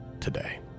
today